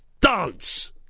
dance